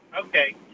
Okay